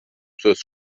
söz